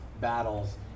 battles